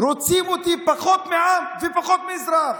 רוצים אותי פחות מעם ופחות מאזרח,